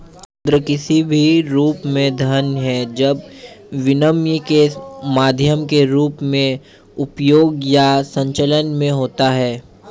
मुद्रा किसी भी रूप में धन है जब विनिमय के माध्यम के रूप में उपयोग या संचलन में होता है